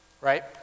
right